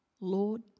Lord